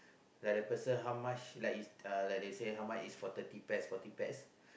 like the person how much like uh like they say how much is for thirty pax forty pax